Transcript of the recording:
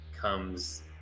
comes